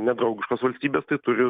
nedraugiškos valstybės tai turi